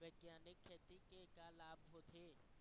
बैग्यानिक खेती के का लाभ होथे?